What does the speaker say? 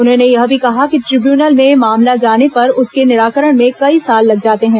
उन्होंने यह भी कहा कि ट्रिब्यूनल में मामला जाने पर उसके निराकरण में कई साल लग जाते हैं